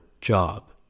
job